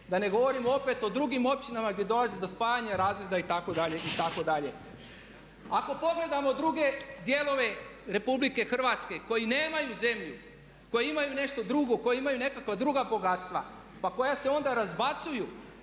Da ne govorim opet o drugim općinama gdje dolazi do spajanja razreda itd., itd. Ako pogledamo druge dijelove Republike Hrvatske koji nemaju zemlju, koji imaju nešto drugo, koji imaju nekakva druga bogatstva pa koja se onda razbacuju